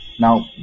now